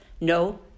No